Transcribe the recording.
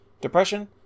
depression